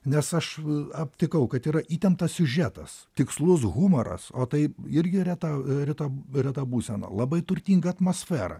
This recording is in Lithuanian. nes aš aptikau kad yra įtemptas siužetas tikslus humoras o tai irgi reta reta reta būsena labai turtinga atmosfera